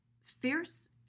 fierce